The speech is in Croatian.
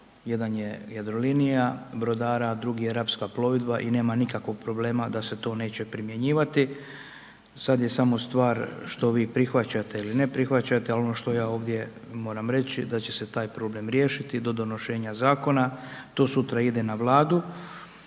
jedan je Jadrolinija brodara a drugi je Rapska plovidba i nema nikakvog problema da se to neće primjenjivati. Sad je samo stvar što vi prihvaćate ili ne prihvaćate ali ono što ja ovdje moram reći, da će se taj problem riješiti do donošenja zakona, to sutra ide na Vladu